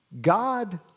God